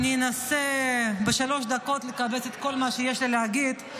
אני אנסה בשלוש דקות לקבץ את כל מה שיש לי להגיד.